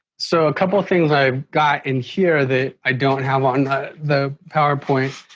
so a couple of things i've got in here that i don't have on the powerpoint,